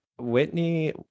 whitney